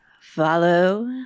follow